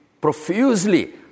profusely